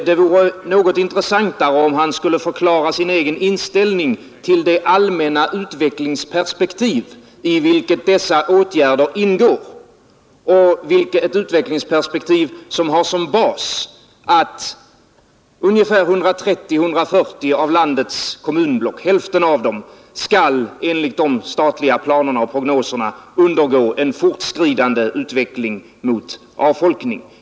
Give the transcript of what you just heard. Det vore något intressantare om han förklarade sin egen inställning till det allmänna utvecklingsperspektiv i vilket dessa åtgärder ingår — ett utvecklingsperspektiv som har som bas att 130-140 av landets kommunblock, alltså hälften av dem, enligt de statliga planerna och prognoserna skall undergå en fortskridande utveckling mot avfolkning.